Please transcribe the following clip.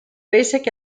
basic